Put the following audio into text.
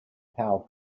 power